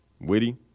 witty